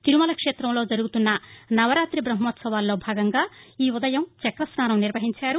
తిరుమల క్షేతంలో జరుగుతున్న నవరాతి బహ్మోత్సవాల్లో భాగంగా ఈ ఉదయం చక్రస్నానం నిర్వహించారు